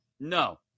No